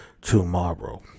tomorrow